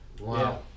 Wow